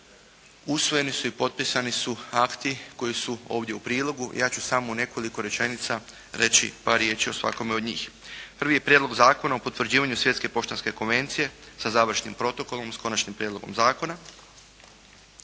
usvojeni su i potpisani su akti koji su ovdje u prilogu, ja ću samo u nekoliko rečenica reći par riječi o svakome od njih. Prvi je Prijedlog zakona o potvrđivanju Svjetske poštanske konvencije sa završnim protokolom s Konačnim prijedlogom zakona.